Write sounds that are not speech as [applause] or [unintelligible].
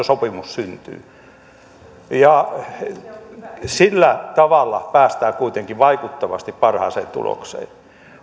[unintelligible] sopimus syntyy sillä tavalla päästään kuitenkin vaikuttavasti parhaaseen tulokseen